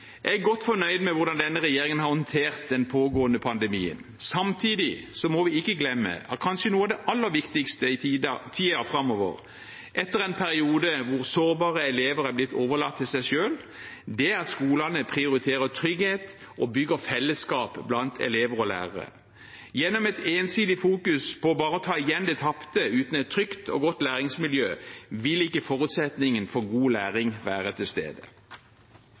Jeg er godt fornøyd med hvordan denne regjeringen har håndtert den pågående pandemien. Samtidig må vi ikke glemme at kanskje noe av det aller viktigste i tiden framover, etter en periode hvor sårbare elever er blitt overlatt til seg selv, er at skolene prioriterer trygghet og bygger fellesskap blant elever og lærere. Gjennom ensidig å fokusere på bare å ta igjen det tapte uten et trygt og godt læringsmiljø vil ikke forutsetningen for god læring være til stede.